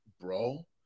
Bro